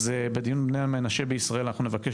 אז בדיון בני המנשה בישראל אנחנו נבקש